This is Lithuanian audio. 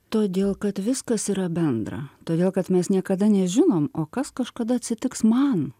todėl kad viskas yra bendra todėl kad mes niekada nežinom o kas kažkada atsitiks man